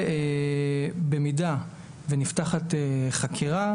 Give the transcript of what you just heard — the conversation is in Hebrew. ובמידה ונפתחת חקירה,